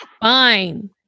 Fine